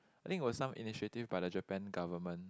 I think was some initiative by the Japan government